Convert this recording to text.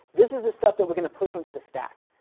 this is the stuff that we're going to push onto the stack,